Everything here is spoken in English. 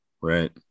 Right